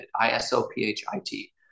I-S-O-P-H-I-T